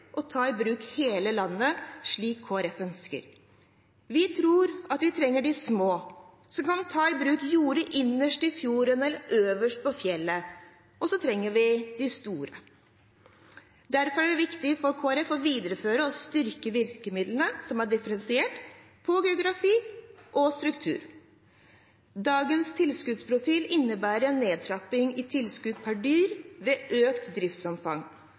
å ta i bruk hele landet, slik Kristelig Folkeparti ønsker. Vi tror at vi trenger de små som kan ta i bruk jord innerst i fjorden og øverst på fjellet. Og så trenger vi de store. Derfor er det viktig for Kristelig Folkeparti å videreføre og styrke virkemidler som er differensiert på geografi og struktur. Dagens tilskuddsprofil innebærer en nedtrapping i tilskudd per dyr ved økt driftsomfang,